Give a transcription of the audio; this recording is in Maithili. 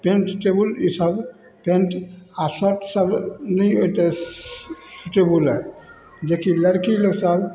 पैन्ट टेबुल ईसब पैन्ट आओर शर्ट सब नहि ओतेक सुटेबल अइ जेकि लड़की लोकसभ